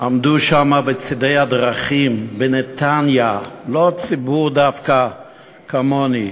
עמדו שם בצדי הדרכים בנתניה לא ציבור דווקא כמוני,